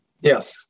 Yes